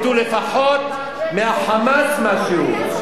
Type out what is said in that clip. הם ילמדו לפחות מה"חמאס" משהו.